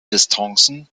distanzen